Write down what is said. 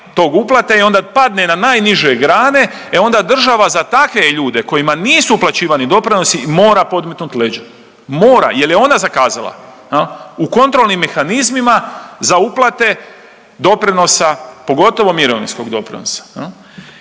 tog uplate i onda padne na najniže grane, e onda država za takve ljude kojima nisu uplaćivani doprinosa mora podmetnut leđa, mora jer je ona zakazala u kontrolnim mehanizmima za uplate doprinosa pogotovo mirovinskog doprinosa.